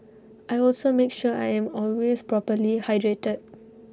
I also make sure I am always properly hydrated